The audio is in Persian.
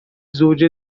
زوج